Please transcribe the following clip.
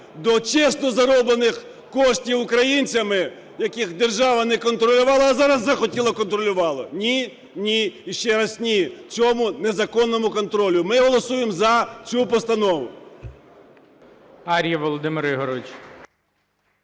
до чесно зароблених коштів українцями, яких держава не контролювала, а зараз захотіла контролювати. Ні, ні, ще раз ні – цьому незаконному контролю. Ми голосуємо за цю постанову.